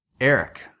Eric